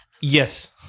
Yes